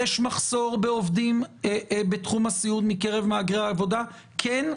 יש מחסור בעובדים בתחום הסיעוד מקרב מהגרי העבודה "כן",